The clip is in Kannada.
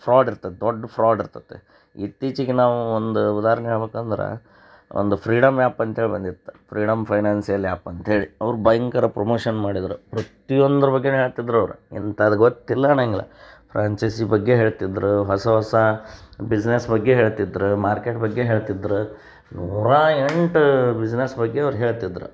ಫ್ರಾಡ್ ಇರ್ತದೆ ದೊಡ್ಡ ಫ್ರಾಡ್ ಇರ್ತತಿ ಇತ್ತೀಚಿಗೆ ನಾವು ಒಂದು ಉದಾಹರ್ಣೆ ಹೇಳ್ಬೇಕಂದ್ರೆ ಒಂದು ಫ್ರೀಡಮ್ ಆ್ಯಪ್ ಅಂತೇಳಿ ಬಂದಿತ್ತು ಫ್ರೀಡಮ್ ಫೈನಾನ್ಸಿಯಲ್ ಆ್ಯಪ್ ಅಂತ ಹೇಳಿ ಅವ್ರು ಭಯಂಕರ ಪ್ರಮೋಷನ್ ಮಾಡಿದರು ಪ್ರತಿಯೊಂದ್ರ ಬಗ್ಗೆನೂ ಹೇಳ್ತಿದ್ರು ಅವ್ರು ಇಂಥಾದ್ದು ಗೊತ್ತಿಲ್ಲ ಅನ್ನೊಂಗಿಲ್ಲ ಅವ್ರು ಎನ್ ಸಿ ಸಿ ಬಗ್ಗೆ ಹೇಳ್ತಿದ್ರು ಹೊಸ ಹೊಸ ಬಿಸ್ನೆಸ್ ಬಗ್ಗೆ ಹೇಳ್ತಿದ್ರು ಮಾರ್ಕೇಟ್ ಬಗ್ಗೆ ಹೇಳ್ತಿದ್ರು ನೂರಾ ಎಂಟು ಬಿಸ್ನೆಸ್ ಬಗ್ಗೆ ಅವ್ರು ಹೇಳ್ತಿದ್ರು